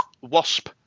Wasp